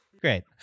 Great